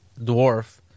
dwarf